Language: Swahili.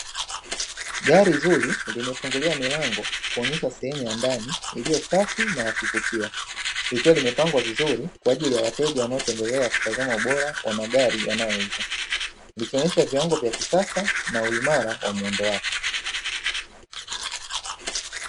Gari zuri limefunguliwa milango kuonyesha sehemu ya ndani iliyo safi na yakuvutia, likiwa limepangwa vizuri kwa ajili ya wateja wanaotembelea kutazama ubora wa magari yanayouzwa, likionyesha viwango vya kisasa na uimara wa muundo wake.